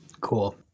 Cool